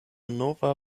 nova